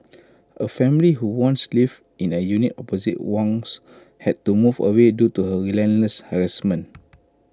A family who once lived in A unit opposite Wang's had to move away due to her relentless harassment